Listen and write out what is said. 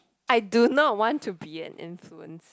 I do not want to be an influencer